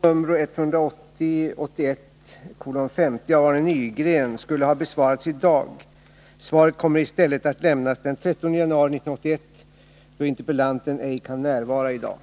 Herr talman! Interpellationen 1980/81:55 av Arne Nygren skulle ha besvarats i dag, men svaret kommer i stället att lämnas den 13 januari 1981,